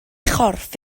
chorff